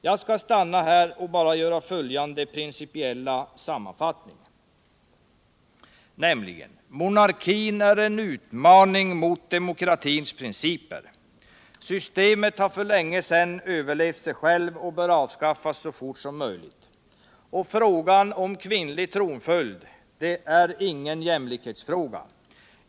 Jag skall stanna vid detta och bara göra följande principiella sammanfatt ning: Monarkin är en utmaning mot demokratins principer. Systemet har för länge sedan överlevt sig självt och bör avskaffas så fort som möjligt. Frågan om kvinnlig tronföljd är ingen jämlikhetsfråga.